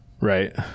right